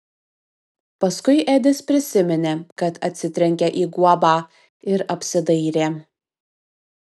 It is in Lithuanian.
paskui edis prisiminė kad atsitrenkė į guobą ir apsidairė